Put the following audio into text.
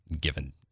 given